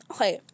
Okay